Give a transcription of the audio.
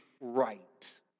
right